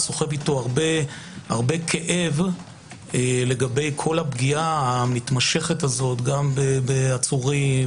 סוחב אתו הרבה כאב לגבי הפגיעה המתמשכת בעצורים,